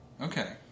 Okay